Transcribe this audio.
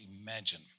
imagine